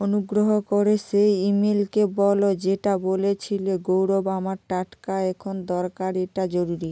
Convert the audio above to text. অনুগ্রহ করে সেই ইমেলকে বলো যেটা বলেছিলো গৌরব আমার টাটকা এখন দরকার এটা জরুরি